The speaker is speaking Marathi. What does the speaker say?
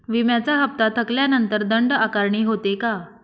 विम्याचा हफ्ता थकल्यानंतर दंड आकारणी होते का?